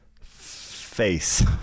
face